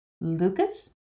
Lucas